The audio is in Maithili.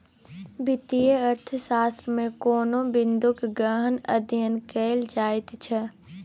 वित्तीय अर्थशास्त्रमे कोनो बिंदूक गहन अध्ययन कएल जाइत छै